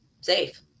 safe